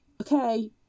okay